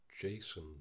Jason